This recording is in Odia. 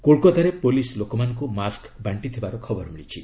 କୋଲ୍କାତାରେ ପୁଲିସ୍ ଲୋକମାନଙ୍କୁ ମାସ୍କ ବାଷ୍ଟିଥିବାର ଖବର ମିଳିଛି